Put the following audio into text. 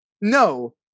no